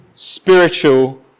spiritual